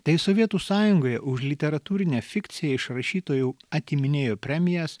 tai sovietų sąjungoje už literatūrinę fikciją iš rašytojų atiminėjo premijas